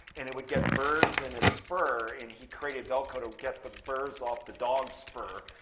and it would get burrs in its fur, and he created velcro to get the burrs off the dog's fur.